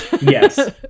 yes